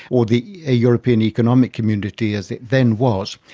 or the european economic community as it then was,